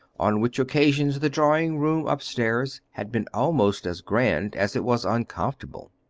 on which occasions the drawing-room upstairs had been almost as grand as it was uncomfortable.